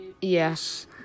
yes